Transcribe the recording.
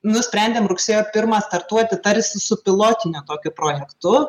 nusprendėm rugsėjo pirmą startuoti tarsi su pilotine tokiu projektu